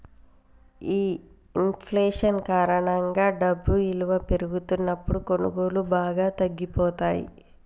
ఈ ఇంఫ్లేషన్ కారణంగా డబ్బు ఇలువ పెరుగుతున్నప్పుడు కొనుగోళ్ళు బాగా తగ్గిపోతయ్యి